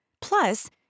Plus